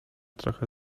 trochę